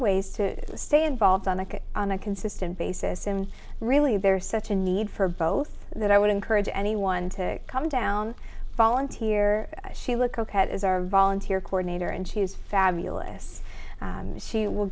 ways to stay involved on the on a consistent basis and really there's such a need for both that i would encourage anyone to come down volunteer she look ok it is our volunteer coordinator and she's fabulous she will